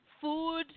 food